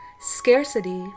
Scarcity